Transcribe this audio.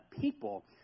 people